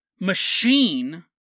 machine